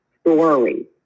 story